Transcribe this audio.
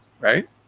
right